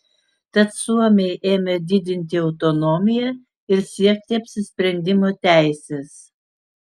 tad suomiai ėmė didinti autonomiją ir siekti apsisprendimo teisės